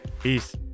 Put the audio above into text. Peace